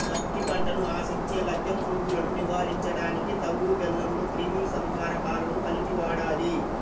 పత్తి పంటను ఆశించే లద్దె పురుగులను నివారించడానికి తవుడు బెల్లంలో క్రిమి సంహారకాలను కలిపి వాడాలి